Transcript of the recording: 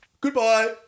Goodbye